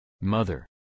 Mother